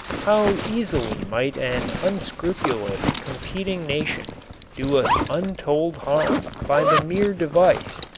how easily might an unscrupulous competing nation do us untold harm by the mere device,